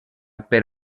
per